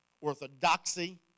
orthodoxy